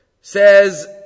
Says